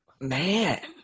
Man